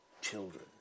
children